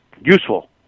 useful